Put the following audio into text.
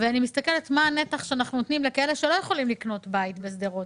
אני מסתכלת מה הנתח שאנחנו נותנים לכאלה שלא יכולים לקנות בית בשדרות